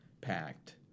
packed